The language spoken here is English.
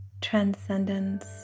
transcendence